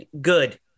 good